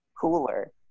cooler